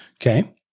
Okay